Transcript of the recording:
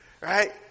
right